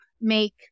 make